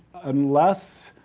unless,